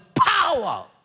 power